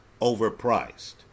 overpriced